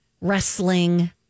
wrestling